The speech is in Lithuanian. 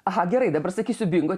aha gerai dabar sakysiu bingo